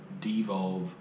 devolve